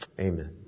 Amen